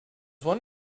one